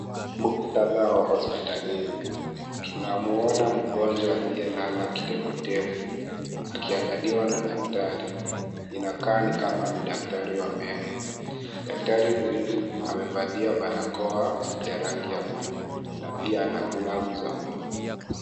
Muktadha wa hospitalini, tunamwona mgonjwa aliyelala kitefu tefu, akiangaliwa na daktari, inakaa ni kama ni daktari wa meno, daktari huyu, amevalia barakoa, ya rangi ya buluu, na pia ana glavu za buluu.